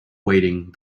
waiting